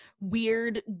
weird